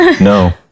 No